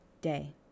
day